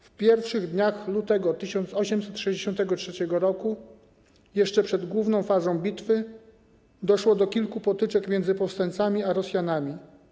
W pierwszych dniach lutego 1863 r., jeszcze przed główną fazą bitwy, doszło do kilku potyczek między powstańcami a Rosjanami.